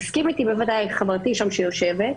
תסכים איתי בוודאי חברתי שיושבת שם,